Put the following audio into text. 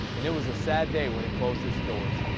and it was a sad day when it closed its doors.